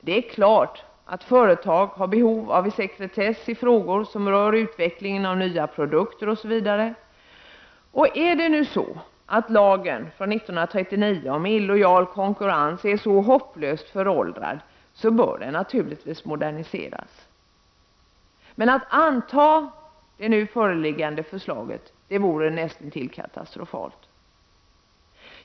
Det är klart att företag har behov av sekretess i frågor som rör utveckling av nya produkter osv. Om nu lagen om illojal konkurrens från 1939 är så hopplöst föråldrad, bör den naturligtvis moderniseras. Men att anta det nu föreliggande förslaget vore näst intill katastrofalt.